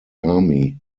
army